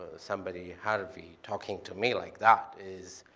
somebody, harvey, talking to me like that is.